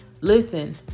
Listen